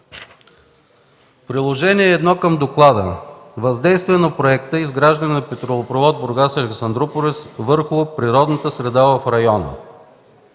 Приложение № 1 към доклада „Въздействие на проекта „Изграждане на петролопровод „Бургас – Александруполис” върху природната среда в района”.